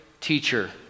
teacher